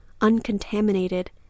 uncontaminated